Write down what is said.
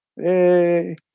Hey